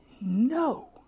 no